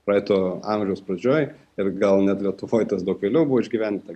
praeito amžiaus pradžioj ir gal net lietuvoj tas daug vėliau buvo išgyventa